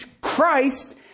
Christ